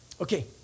okay